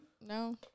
No